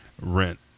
rent